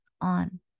on